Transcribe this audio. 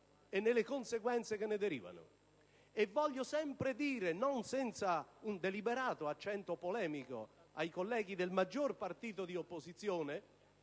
e nelle conseguenze che ne derivano. Voglio dire ancora, non senza un deliberato accento polemico, ai colleghi del maggiore partito di opposizione,